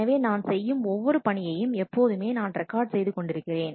எனவே நான் செய்யும் ஒவ்வொரு பணியையும் எப்போதுமே நான் ரெக்கார்ட் செய்து கொண்டிருக்கிறேன்